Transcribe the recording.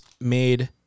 made